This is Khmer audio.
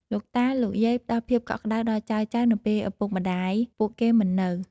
លោកតា លោកយាយផ្ដល់ភាពកក់ក្ដៅដល់ចៅៗ នៅពេលឪពុកម្ដាយពួកគេមិននៅ។